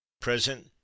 Present